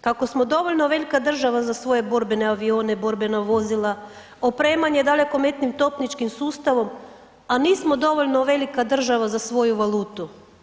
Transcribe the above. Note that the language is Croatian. kako smo dovoljno velika država za svoje borbene avione, borbena vozila, opremanje dalekometnim topničkim sustavom, a nismo dovoljno velika država za svoju valutu.